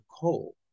coal